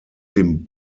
dem